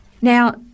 Now